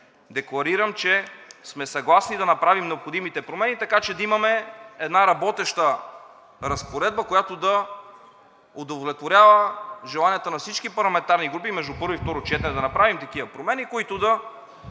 декларирам, че сме съгласни да направим необходимите промени, така че да имаме една работеща разпоредба, която да удовлетворява желанията на всички парламентарни групи. Между първо и второ четене да направим такива промени, които да